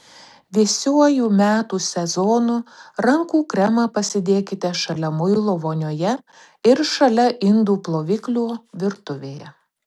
vėsiuoju metų sezonu rankų kremą pasidėkite šalia muilo vonioje ir šalia indų ploviklio virtuvėje